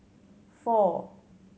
four